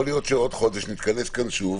יכול להיות שנתכנס כאן שוב,